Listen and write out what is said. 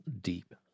deep